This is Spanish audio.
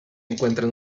encuentran